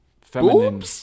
Feminine